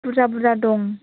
बुरजा बुरजा दं